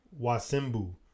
Wasimbu